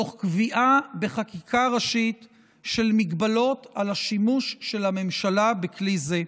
תוך קביעה בחקיקה ראשית של מגבלות על השימוש של הממשלה בכלי זה.